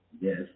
Yes